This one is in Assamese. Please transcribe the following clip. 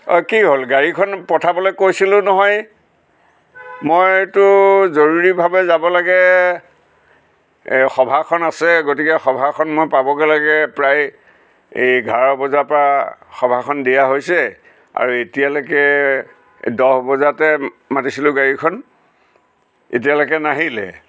অঁ কি হ'ল গাড়ীখন পঠাবলৈ কৈছিলোঁ নহয় মইতো জৰুৰীভাৱে যাব লাগে সভাখন আছে গতিকে সভাখন মই পাবগৈ লাগে প্ৰায় এঘাৰ বজাৰ পৰা সভাখন দিয়া হৈছে আৰু এতিয়ালৈকে দহ বজাতে মাতিছিলোঁ গাড়ীখন এতিয়ালৈকে নাহিলে